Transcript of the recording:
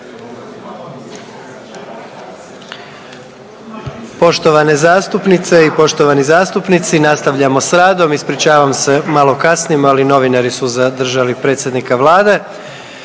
Poštovane zastupnice i poštovani zastupnici nastavljamo sa radom. Ispričavam se malo kasnimo, ali novinari su zadržali predsjednika Vlade.